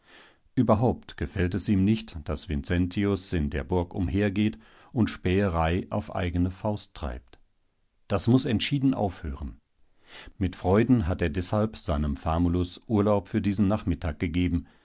überhaupt gefällt es ihm nicht daß vincentius in der burg umhergeht und späherei auf eigene faust treibt das muß entschieden aufhören mit freuden hat er deshalb seinem famulus urlaub für diesen nachmittag gegeben